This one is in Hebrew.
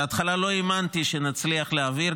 בהתחלה לא האמנתי שנצליח להעביר,